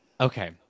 Okay